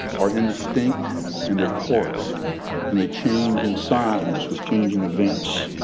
are indistinct and they're porous and they change in size, was changing events.